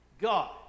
God